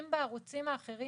אם בערוצים האחרים